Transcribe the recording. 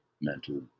mental